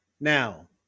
Now